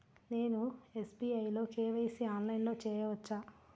నేను ఎస్.బీ.ఐ లో కే.వై.సి ఆన్లైన్లో చేయవచ్చా?